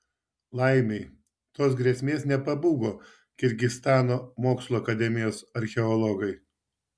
laimei tos grėsmės nepabūgo kirgizstano mokslų akademijos archeologai